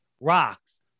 rocks